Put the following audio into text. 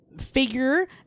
figure